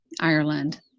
Ireland